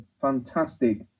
fantastic